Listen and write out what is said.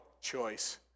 choice